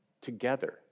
together